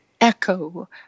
echo